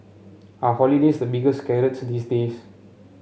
are holidays the biggest carrots these days